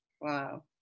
wow